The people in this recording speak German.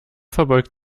verbeugt